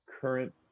current